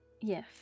Yes